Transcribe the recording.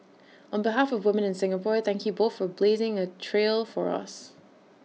on behalf of women in Singapore thank you both for blazing A trail for us